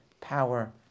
power